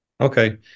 Okay